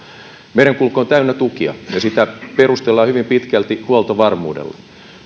merenkulku on täynnä tukia ja sitä perustellaan hyvin pitkälti huoltovarmuudella